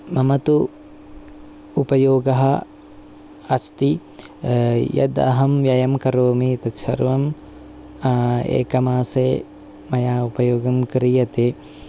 मम तु उपयोगः अस्ति यद् अहं व्ययं करोमि तत् सर्वं अहं एकमासे मया उपयोगं क्रियते